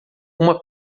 uma